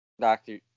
Doctor